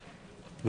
אתה.